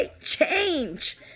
change